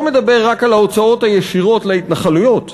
מדבר רק על ההוצאות הישירות להתנחלויות,